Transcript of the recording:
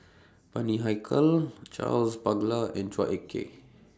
Bani Haykal Charles Paglar and Chua Ek Kay